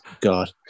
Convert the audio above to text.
God